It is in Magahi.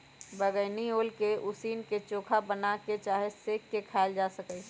बइगनी ओल के उसीन क, चोखा बना कऽ चाहे सेंक के खायल जा सकइ छै